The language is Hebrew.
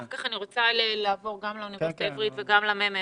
ואחר כך אני רוצה לעבור גם לאוניברסיטה העברית וגם לממ"מ.